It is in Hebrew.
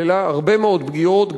כללה הרבה מאוד פגיעות,